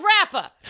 rapper